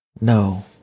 no